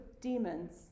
demons